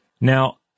Now